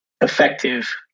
effective